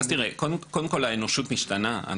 קודם כל, האנושות משתנה.